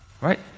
right